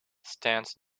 stands